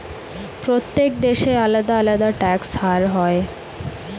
প্রত্যেক দেশে আলাদা আলাদা ট্যাক্স হার হয়